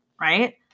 right